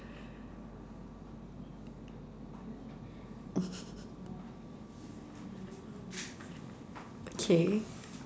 okay